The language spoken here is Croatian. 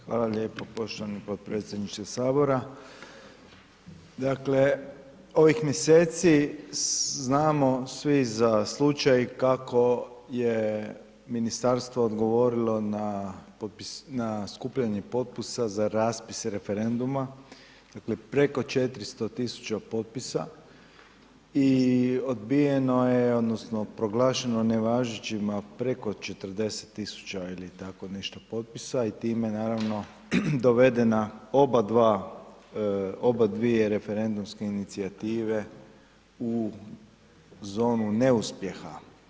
Hvala lijepo poštovani podpredsjedniče sabora, dakle ovih mjeseci znamo svi za slučaj kako je ministarstvo odgovorilo na skupljanje potpisa za raspis referenduma, dakle preko 400.000 potpisa i odbijeno je odnosno proglašeno nevažećima preko 40.000 ili tako nešto potpisa i time naravno dovedena oba dva, oba dvije referendumske inicijative u zonu neuspjeha.